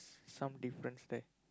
some difference there